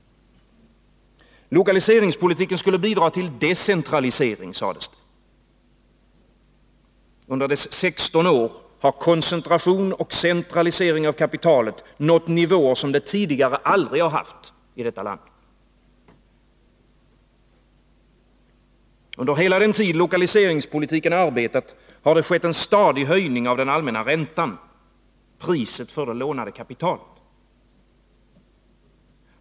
Lokaliseringspolitiken skulle bidra till decentralisering, sades det. Under dess 16 år har koncentration och centralisering av kapitalet nått nivåer som det tidigare aldrig haft i detta land. Under hela den tid lokaliseringspolitiken arbetat, har det skett en stadig höjning av den allmänna räntan, priset för det lånade kapitalet.